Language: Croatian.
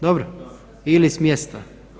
Dobro ili s mjesta.